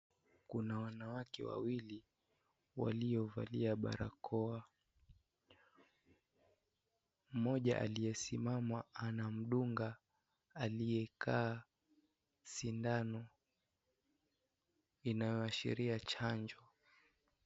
Kuna wanawake wawili waliovalia barakoa. Mmoja aliyesimama anamdunga mmoja aliyekaa sindano inayoashiria chanjo.